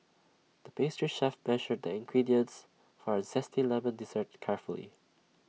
the pastry chef measured the ingredients for A Zesty Lemon Dessert carefully